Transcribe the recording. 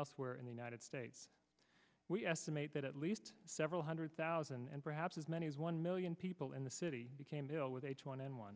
elsewhere in the united states we estimate that at least several hundred thousand and perhaps as many as one million people in the city became ill with h one n one